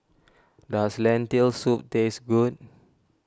does Lentil Soup taste good